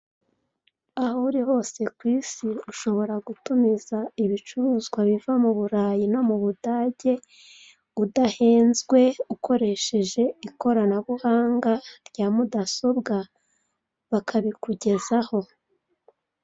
Aho uri hose kw'isi, ushobora gutumiza ibicuruzwa biva mu Burayi no mu Budage udahenzwe, ukoresheje ikoranabuhanga rya mudasobwa bakabikugezaho.